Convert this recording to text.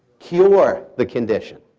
cure the condition.